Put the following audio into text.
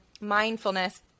mindfulness